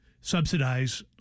subsidize